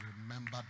remember